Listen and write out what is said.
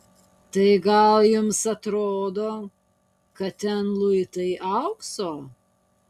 tai gal jums atrodo kad ten luitai aukso